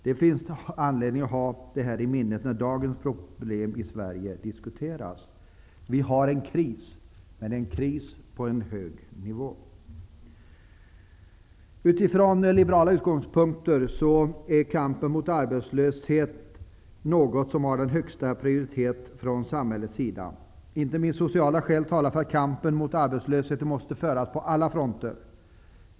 Det finns anledning att ha detta i minnet när dagens problem i Sverige diskuteras. Vi har en kris, men det är en kris på en hög nivå. Med liberala utgångspunkter är kampen mot arbetslöshet något som har den högsta prioriteten från samhällets sida. Inte minst sociala skäl talar för att kampen mot arbetslösheten måste föras på alla fronter.